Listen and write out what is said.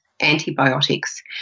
antibiotics